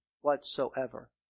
whatsoever